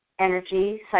energy